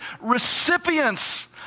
recipients